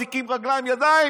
אזיקים רגליים-ידיים,